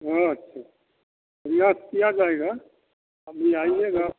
हाँ अच्छा प्रयास किया जाएगा अभी आइएगा